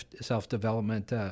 self-development